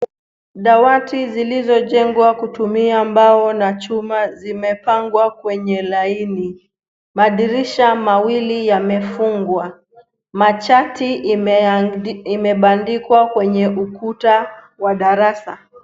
Dawati zilizojengwa Kwa mbao na chuma zimepangwa kwenye laini. Madirisha mawili yamefungwa. Machati imebandikwa kwenye ukuta wa darasa.